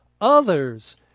others